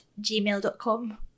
gmail.com